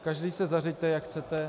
Každý se zařiďte, jak chcete.